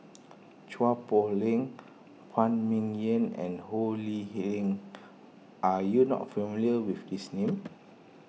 Chua Poh Leng Phan Ming Yen and Ho Lee Ling are you not familiar with these names